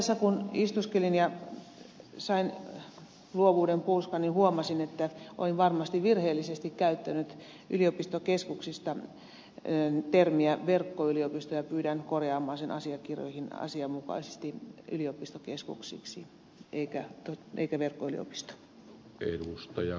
tässä kun istuskelin ja sain luovuuden puuskan niin huomasin että olin varmasti virheellisesti käyttänyt yliopistokeskuksista termiä verkkoyliopisto ja pyydän korjaamaan sen asiakirjoihin asianmukaisesti yliopistokeskuksiksi eikä verkkoyliopistoksi